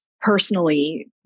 personally